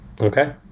Okay